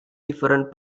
different